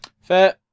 Fair